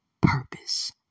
purpose